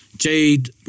Jade